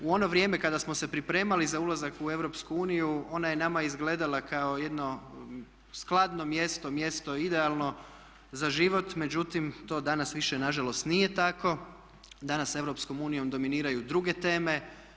U ono vrijeme kada smo se pripremali za ulazak u EU ona je nama izgledala kao jedno skladno mjesto, mjesto idealno za život međutim to danas više nažalost nije tako, danas EU dominiraju druge teme.